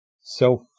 self